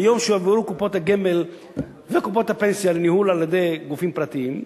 מיום שהועברו קופות הגמל וקופות הפנסיה לניהול על-ידי גופים פרטיים,